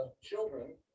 children